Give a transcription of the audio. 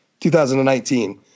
2019